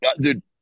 Dude